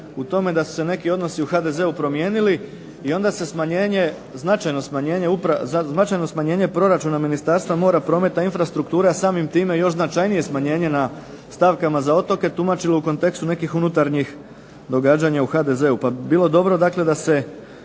u tome da su se neki odnosi u HDZ-u promijenili i onda se smanjenje, značajno smanjenje proračuna Ministarstva mora, prometa i infrastrukture, a samim time još značajnije smanjenje na stavkama za otoke tumačilo u kontekstu neki unutarnjih događanja u HDZ-u.